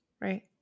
Right